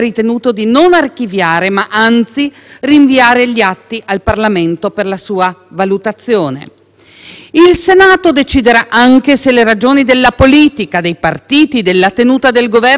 Il Senato deciderà anche se le ragioni della politica, dei partiti e della tenuta del Governo sono più forti della legge e del diritto che ogni uomo ha di difendersi nel processo.